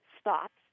stops